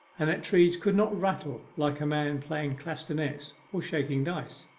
and that trees could not rattle like a man playing castanets or shaking dice.